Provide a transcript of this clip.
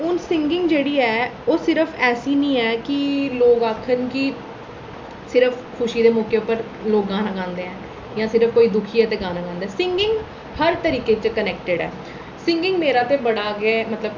हून सींगिंग जेह्ड़ी ऐ ओह् सिर्फ ऐसी निं ऐ कि लोक आखन कि सिर्फ खुशी दे मौके उप्पर लोक गाना गांदे न जां सिर्फ कोई दुखी ऐ ते गाना गांदे न सींगिग हर तरीके च कनैक्टड ऐ सींगिंग मेरा ते बड़ा गै मतलब